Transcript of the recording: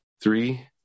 Three